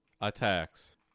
attacks